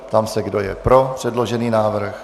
Ptám se, kdo je pro předložený návrh.